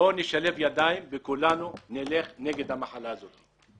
בואו נשלב ידיים וכולנו נלך נגד המחלה הזאת.